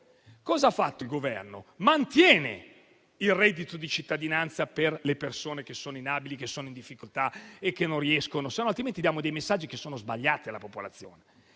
Cosa ha fatto il Governo? Mantiene il reddito di cittadinanza per le persone che sono inabili, in difficoltà e non riescono a lavorare (altrimenti diamo messaggi sbagliati alla popolazione)